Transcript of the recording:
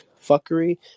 fuckery